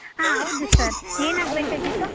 ಹಾಂ ಹೌದು ಸರ್ ಏನು ಆಗಬೇಕಾಗಿತ್ತು